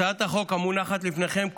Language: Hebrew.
הצעת החוק המונחת לפניכם כוללת,